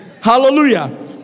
Hallelujah